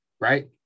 right